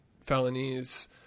felonies